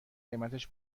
قیمتش